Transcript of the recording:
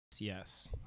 Yes